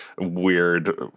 weird